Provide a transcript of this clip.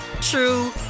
true